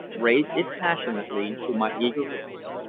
raised it passionately to my eager lips.